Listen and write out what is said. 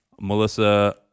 Melissa